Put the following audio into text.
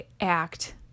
act